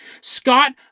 Scott